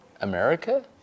America